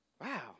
Wow